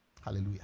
Hallelujah